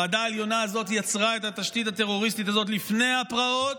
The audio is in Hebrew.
הוועדה העליונה הזאת יצרה את התשתית הטרוריסטית הזאת לפני הפרעות,